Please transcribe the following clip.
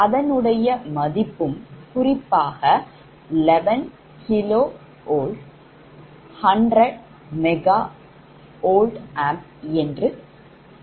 அதனுடைய மதிப்பும் குறிப்பாக 11kv100MVA என்று குறிக்கப்பட்டுள்ளது